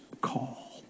call